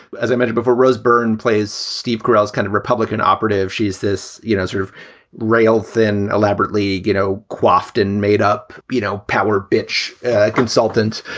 as i said before, rose byrne plays steve carell is kind of republican operative. she is this, you know, sort of rail thin elaborately, you know, quaffed and made up, you know, power bitch consultants,